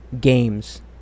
games